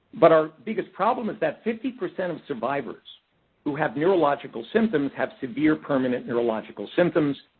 but our biggest problem is that fifty percent of survivors who have neurological symptoms have severe permanent neurological symptoms.